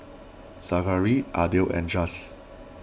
Zachery Ardell and Chaz